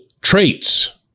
traits